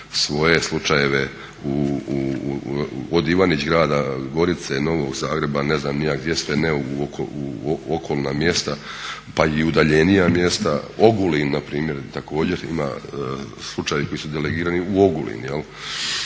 svoje slučajeve od Ivanić grada, Gorice, Novog Zagreba, ne znam ni ja gdje sve ne u okolna mjesta, pa i u udaljenija mjesta. Ogulin na primjer također ima slučaj koji su delegirani u Ogulin.